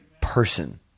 person